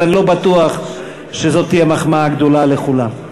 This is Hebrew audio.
אז אני לא בטוח שזאת תהיה מחמאה גדולה לכולם,